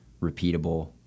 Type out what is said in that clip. repeatable